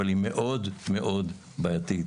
אבל היא מאוד מאוד בעייתית.